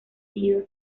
nidos